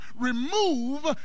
remove